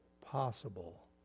possible